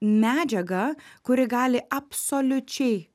medžiagą kuri gali absoliučiai